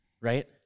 Right